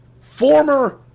Former